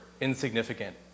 insignificant